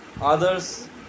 others